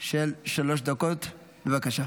לפנינו שלוש הצעות חוק שתינתן להם תשובה אחת משולבת.